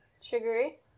sugary